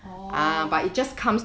oh